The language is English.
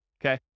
okay